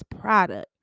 product